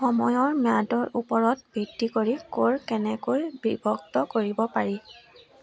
সময়ৰ ম্যাদৰ ওপৰত ভিত্তি কৰি কৰ কেনেকৈ বিভক্ত কৰিব পাৰি